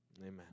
amen